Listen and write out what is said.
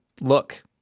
look